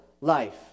life